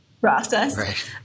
process